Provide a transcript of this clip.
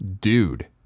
dude